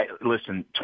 Listen